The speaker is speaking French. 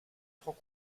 prend